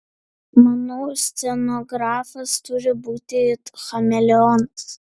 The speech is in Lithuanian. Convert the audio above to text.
manau scenografas turi būti it chameleonas